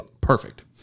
perfect